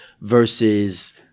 versus